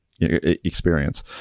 experience